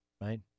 Right